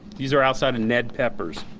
these are outside of ned pepper's.